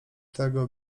tego